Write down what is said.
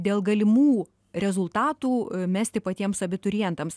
dėl galimų rezultatų mesti patiems abiturientams